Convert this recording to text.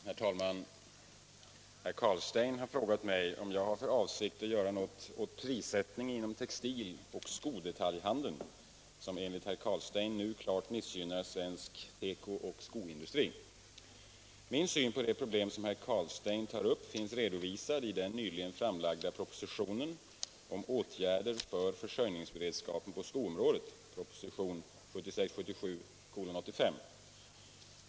Herr talman! Herr Carlstein har frågat mig om jag har för avsikt att göra något åt prissättningen inom textiloch skodetaljhandeln, som enligt herr Carlstein nu klart missgynnar svensk tekooch skoindustri. Min syn på det problem som herr Carlstein tar upp finns redovisad i den nyligen framlagda propositionen om åtgärder för försörjningsberedskapen på skoområdet .